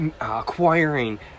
acquiring